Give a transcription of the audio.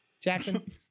Jackson